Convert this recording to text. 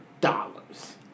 dollars